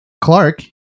Clark